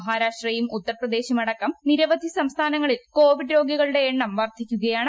മഹാരാഷ്ട്രയും ഉത്തർപ്രദേശും അടക്കം നിരവധി സംസ്ഥാനങ്ങളിൽ കോവിഡ് രോഗികളുടെ എണ്ണം വർധിക്കുകയാണ്